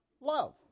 love